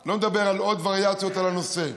ואני לא מדבר על עוד וריאציות על הנושא.